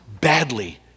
badly